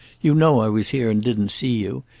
you know i was here and didn't see you.